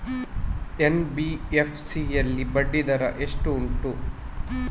NBFC ಯಲ್ಲಿ ಬಡ್ಡಿ ದರ ಎಷ್ಟು ಉಂಟು?